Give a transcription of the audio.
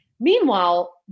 Meanwhile